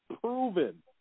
proven